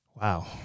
Wow